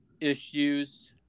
issues